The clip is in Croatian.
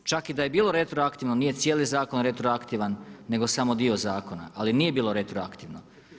Čak i da je bilo retroaktivno nije cijeli zakon retroaktivan nego samo dio zakona ali nije bilo retroaktivno.